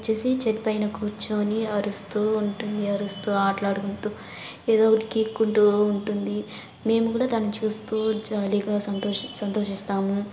వచ్చి చెట్టు పైన కూర్చొని అరుస్తు ఉంటుంది అరుస్తు ఆడుకుంటు ఏదో ఒకటి గీకుకుంటు ఉంటుంది మేము కూడా దాన్ని చూస్తు జాలీగా సంతోషం సంతోషిస్తాము